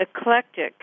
eclectic